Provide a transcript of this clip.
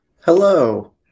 Hello